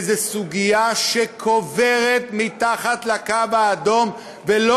כי זו סוגיה שקוברת מתחת לקו האדום ולא